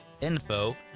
info